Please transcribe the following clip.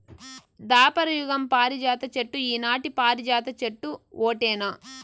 దాపర యుగం పారిజాత చెట్టు ఈనాటి పారిజాత చెట్టు ఓటేనా